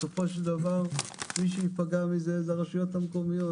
בסופו של דבר מי שייפגע מזה אלו הרשויות המקומיות